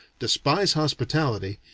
despise hospitality,